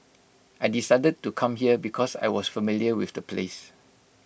I decided to come here because I was familiar with the place